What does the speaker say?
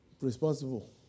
responsible